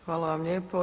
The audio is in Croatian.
Hvala vam lijepo.